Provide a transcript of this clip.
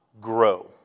grow